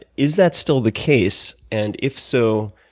is that still the case? and if so,